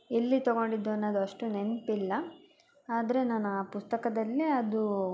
ಎಲ್ಲಿ ತಗೊಂಡಿದ್ದು ಅನ್ನೋದು ಅಷ್ಟು ನೆನಪಿಲ್ಲ ಆದರೆ ನಾನು ಆ ಪುಸ್ತಕದಲ್ಲೇ ಅದು